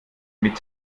mit